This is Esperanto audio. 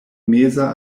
meza